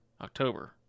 October